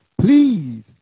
please